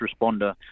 Responder